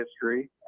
history